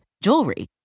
jewelry